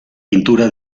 pintura